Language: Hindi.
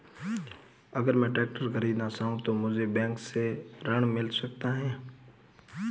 अगर मैं ट्रैक्टर खरीदना चाहूं तो मुझे बैंक से ऋण मिल सकता है?